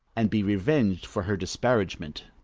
and be reveng'd for her disparagement.